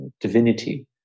divinity